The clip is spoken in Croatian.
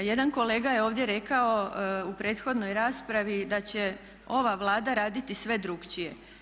Jedan kolega je ovdje rekao u prethodnoj raspravi da će ova Vlada raditi sve drukčije.